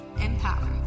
empower